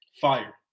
Fire